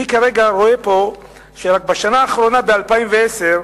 אני כרגע רואה פה שבשנה האחרונה, ב-2010,